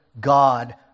God